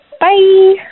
bye